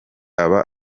aba